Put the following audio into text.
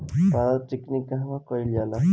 पारद टिक्णी कहवा कयील जाला?